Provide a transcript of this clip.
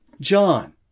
John